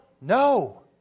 No